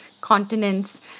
continents